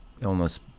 illness